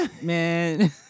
Man